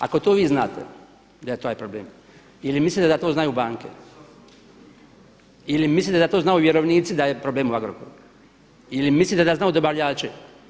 Ako to vi znate za taj problem ili mislite da to znaju banke ili mislite da to znaju vjerovnici da je problem u Agrokoru ili mislite da znaju dobavljači.